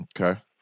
Okay